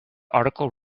article